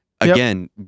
again